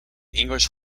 english